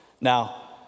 now